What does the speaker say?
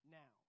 now